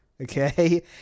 okay